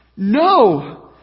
No